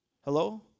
Hello